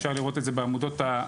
אפשר לראות את זה בעמודות הכחולות,